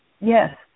Yes